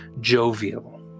jovial